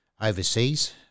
overseas